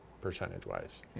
percentage-wise